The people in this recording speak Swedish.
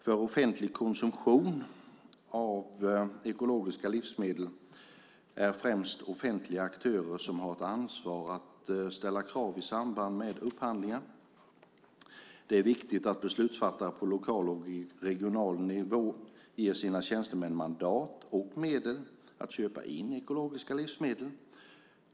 För offentlig konsumtion av ekologiska livsmedel är det främst offentliga aktörer som har ett ansvar att ställa krav i samband med upphandlingar. Det är viktigt att beslutsfattare på lokal och regional nivå ger sina tjänstemän mandat och medel att köpa in ekologiska livsmedel.